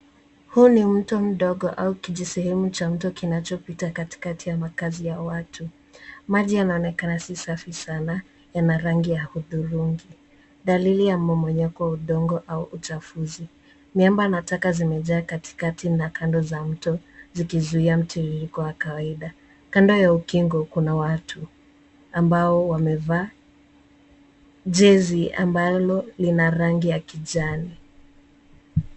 Huu ni mto mdogo au kijisehemu cha mto kinachopita katikati ya makazi ya watu. Maji yanaonekana si safi sana yana rangi ya hudhurungi, dalili ya mmomonyoko wa udongo au uchafuzi. Miba na taka zimejaa katikati na kando za mto zikizuia mtiririko wa kawaida. Kando ya udongo ambao wamevaa (cs)jeans(cs) ambalo lina rangi ya kijani.